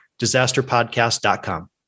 disasterpodcast.com